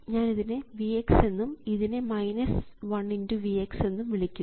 ഞാനിതിനെ Vx എന്നും ഇതിനെ 1 x Vx എന്നും വിളിക്കും